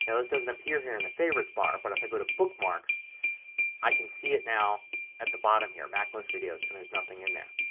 it doesn't appear here in the favorites bar but if i go to bookmarks i can see it now at the bottom here, macmost videos and there's nothing in there.